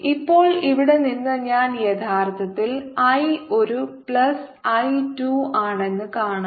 ഇപ്പോൾ ഇവിടെ നിന്ന് ഞാൻ യഥാർത്ഥത്തിൽ I ഒരു പ്ലസ് I 2 ആണെന്ന് കാണാം